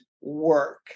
work